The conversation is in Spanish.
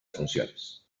funciones